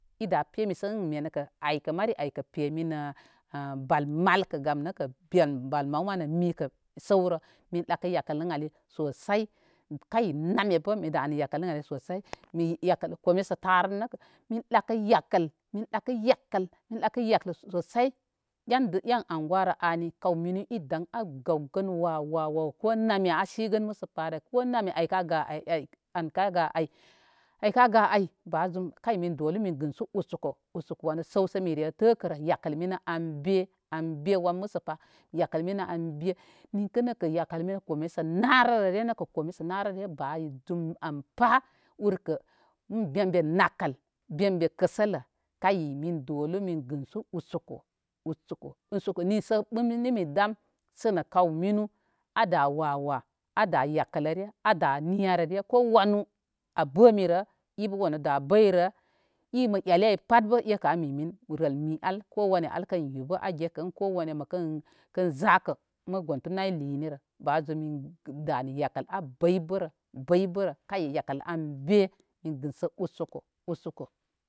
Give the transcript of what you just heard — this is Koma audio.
I da pemisə in aykə mari aykə pemi nə bəl maal bəl may mán nə mikə min dəkə yakəl in ali sosai kome sə taru nə min dəkə yakəl, min dəkə yakə sosai en anguwarə ani kawminu i dən a gaw gən wa wa wa ko nama a sigənə məsəparə. An kaga ay aŋ an ka ga ay ay ba zum kay min dolu min gənsu usoko usoko wanu saw sə mi re tə kəre aw an be wan mə sə pa yakəl mini an be. Yakəl mini kome sə nəru nə ba zum ay pa urkə un ben be nakəl, ben be kəsələ min dolu min gənsu usoko usoko usoko ni sə gbəngəsimi dam sə nə kaw minu wawa ada yakələre a da niyarəre ko wanu a bəmirə ibə wanu da bəyrə i mə eli ay pat bə ekə a mimin rəl mi an ko wanə al kən yu bə kən zakə mə gonti nay linirə mi da nə yakəl a bəybərə bəybərə an be min gənsən usoko usoko.